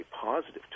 positive